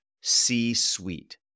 c-suite